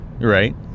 Right